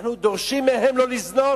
ואנחנו דורשים מהם לא לזנות?